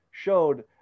showed